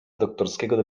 doktorskiego